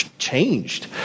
Changed